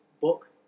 book